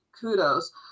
kudos